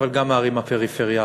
וגם הערים הפריפריאליות.